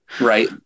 Right